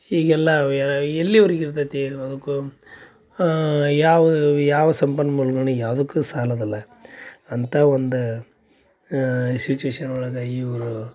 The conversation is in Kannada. ಈಗೆಲ್ಲ ಅವ್ಯಾ ಎಲ್ಲಿವರಿಗು ಇರ್ತತಿ ಅವುಕ್ಕು ಯಾವು ಯಾವ ಸಂಪನ್ಮೂಲ್ಗಳ್ನ ಯಾವುದಕ್ಕು ಸಾಲದಲ್ಲ ಅಂತ ಒಂದು ಸಿಚುವೇಶನ್ ಒಳಗೆ ಇವರು